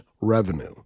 revenue